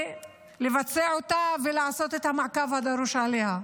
לבצע אותה ולעשות את המעקב הדרוש עליה.